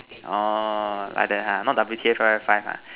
orh like that ha not W_T_F five five five ha